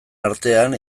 artean